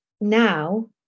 now